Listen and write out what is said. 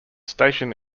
station